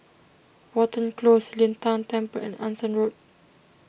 Watten Close Lin Tan Temple and Anson Road